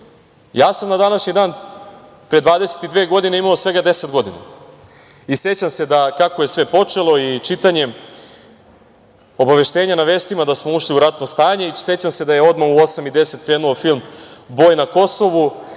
Ja sam na današnji dan, pre 22 godine, imao svega 10 godina i sećam se kako je sve počelo i čitanjem obaveštenja na vestima da smo ušli u ratno stanje i sećam se da je odmah u 20 i 10 krenuo film „Boj na Kosovu“